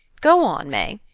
go on, may!